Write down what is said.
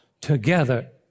Together